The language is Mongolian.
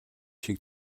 шиг